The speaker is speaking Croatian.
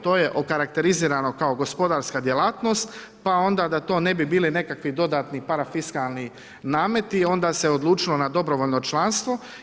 To je okarakterizirano kao gospodarska djelatnost, pa onda da to ne bi bili nekakvi dodatni parafiskalni nameti, onda se odlučilo na dobrovoljno članstvo.